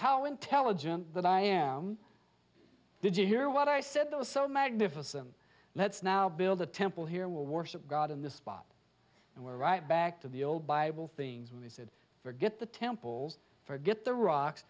how intelligent but i am did you hear what i said was so magnificent let's now build a temple here will worship god in this spot and we're right back to the old bible things when he said forget the temples forget the rocks